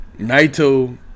Naito